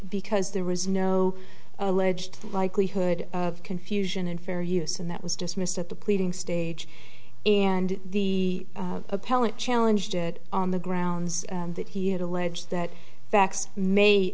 because there was no alleged likelihood of confusion and fair use and that was dismissed at the pleading stage and the appellant challenge did on the grounds that he had alleged that facts may